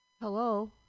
Hello